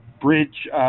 Bridge